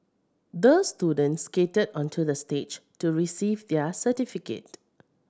the student skated onto the stage to receive their certificate